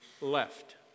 left